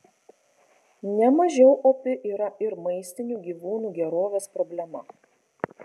nemažiau opi yra ir maistinių gyvūnų gerovės problema